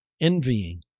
envying